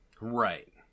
Right